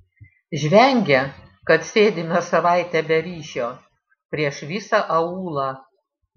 žvengia kad sėdime savaitę be ryšio prieš visą aūlą